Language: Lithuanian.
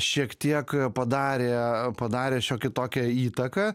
šiek tiek padarė padarė šiokią tokią įtaką